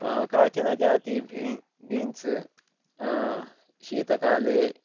काचनजाति भीन् बीन्स् शीतकाले